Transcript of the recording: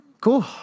cool